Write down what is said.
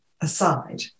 aside